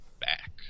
back